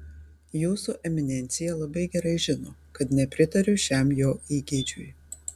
jūsų eminencija labai gerai žino kad nepritariu šiam jo įgeidžiui